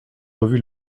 revue